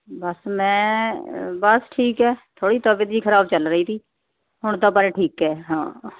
ਬਸ ਮੈਂ ਬਸ ਠੀਕ ਹੈ ਥੋੜ੍ਹੀ ਤਬੀਅਤ ਜੀ ਖਰਾਬ ਚੱਲ ਰਹੀ ਤੀ ਹੁਣ ਤਾਂ ਪਰ ਠੀਕ ਹੈ ਹਾਂ